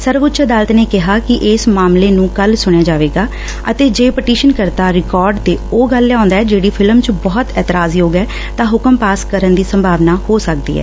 ਸਰਵਉੱਚ ਅਦਾਲਤ ਨੇ ਕਿਹਾ ਕਿ ਇਸ ਮਾਮਲੇ ਨੂੰ ਕੱਲੂ ਸੁਣਿਆ ਜਾਵੇਗਾ ਅਤੇ ਜੇ ਪਟੀਸ਼ਨ ਕਰਤਾ ਰਿਕਾਰਡ ਤੇ ਉਹ ਗੱਲ ਲਿਆਉਂਦਾ ਐ ਜਿਹੜੀ ਫਿਲਮ ਚ ਬਹੁਤ ਇੰਤਰਾਜਯੋਗ ਅਤੇ ਤਾਂ ਹੁਕਮ ਪਾਸ ਕਰਨ ਦੀ ਸੰਭਾਵਨਾ ਹੋ ਸਕਦੀ ਏ